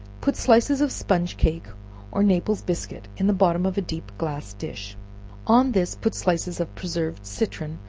put slices of sponge cake or naples biscuit in the bottom of a deep glass dish on this put slices of preserved citron,